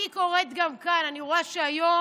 אני קוראת גם כאן, אני רואה שהיום